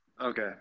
Okay